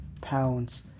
pounds